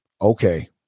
okay